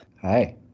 Hi